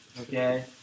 Okay